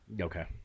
Okay